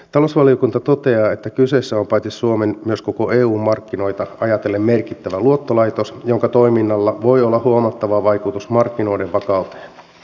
talousvaliokunta toteaa että kyseessä on paitsi suomen myös koko eun markkinoita ajatellen merkittävä luottolaitos jonka toiminnalla voi olla huomattava vaikutus markkinoiden vakauteen